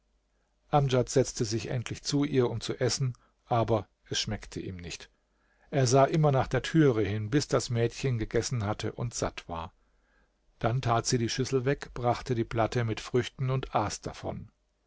amdjad setzte sich endlich zu ihr um zu essen aber es schmeckte ihm nicht er sah immer nach der türe hin bis das mädchen gegessen hatte und satt war dann tat sie die schüssel weg bracht die platte mit früchten und aß davon